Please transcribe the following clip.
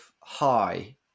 high